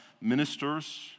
ministers